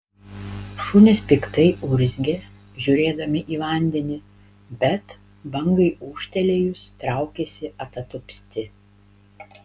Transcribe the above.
šunys piktai urzgė žiūrėdami į vandenį bet bangai ūžtelėjus traukėsi atatupsti